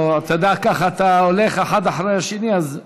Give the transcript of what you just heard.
ככה אתה הולך אחד אחרי השני, אז,